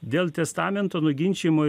dėl testamento nuginčijimo